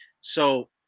So-